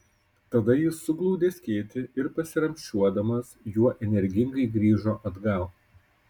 tada jis suglaudė skėtį ir pasiramsčiuodamas juo energingai grįžo atgal